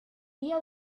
día